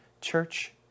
church